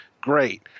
great